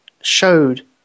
showed